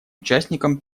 участником